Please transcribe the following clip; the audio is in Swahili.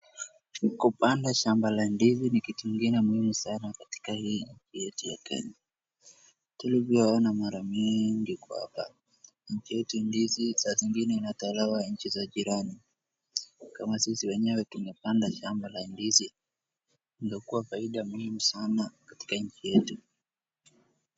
Kupanda shamba la ndizi ni kitu muhimu katika hii nchi yetu ya Kenya. Tulivyo ona mara mingi kwamba nchi yetu saa zingine ndizi inatolewa nchi za jirani. Kama sisi wenyewe tumepanda shamba la ndizi ndo kuwa faida muhimu sana katika nchi yetu.